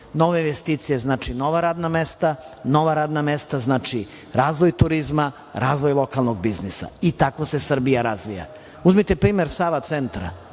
Nove investicije znači nova radna mesta. Nova radna mesta znače razvoj turizma, razvoj lokalnog biznisa i tako se Srbija razvija. Uzmite primer Sava centra,